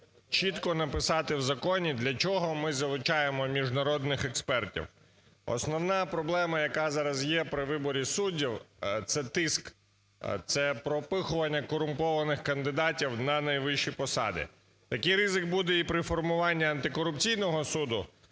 чітко написати в законі, для чого ми залучаємо міжнародних експертів. Основна проблема, яка зараз є при виборі суддів, - це тиск, це пропихування корумпованих кандидатів на найвищі посади. Такий ризик буде і при формуванні антикорупційного суду.